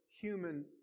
human